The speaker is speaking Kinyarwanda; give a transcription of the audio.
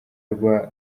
rwa